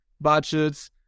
budgets